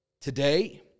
Today